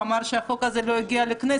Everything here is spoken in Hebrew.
הוא אמר שהחוק הזה לא הגיע לכנסת.